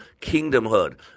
kingdomhood